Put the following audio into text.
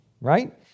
right